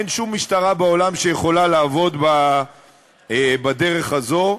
אין שום משטרה בעולם שיכולה לעבוד בדרך הזאת,